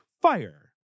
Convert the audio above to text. fire